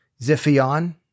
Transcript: Ziphion